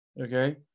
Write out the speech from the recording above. okay